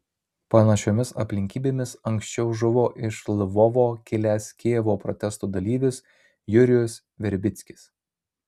panašiomis aplinkybėmis anksčiau žuvo iš lvovo kilęs kijevo protestų dalyvis jurijus verbickis